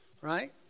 right